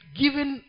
given